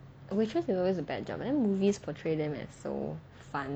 a waitress is always a bad job but then movies portray them as so fun